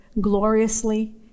gloriously